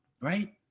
right